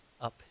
up